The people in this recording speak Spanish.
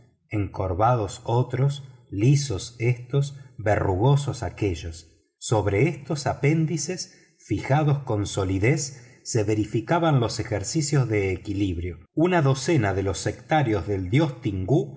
encorvados otros lisos éstos verrugosos aquellos sobre estos apéndices fijados con solidez se verificaban los ejercicios de equilibrio una docena de los sectarios del dios